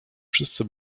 wszyscy